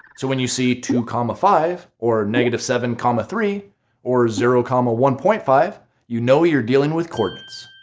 so when you see two comma five or negative seven comma three or zero comma one point five you know you're dealing with coordinates.